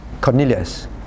Cornelius